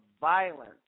violence